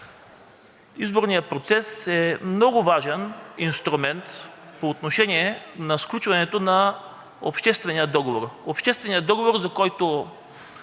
Изборният процес е много важен инструмент по отношение на сключването на обществения договор. Общественият договор, за който